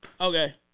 okay